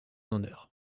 honneur